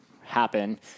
happen